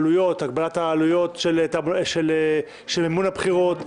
הגבלת העלויות של מימון הבחירות,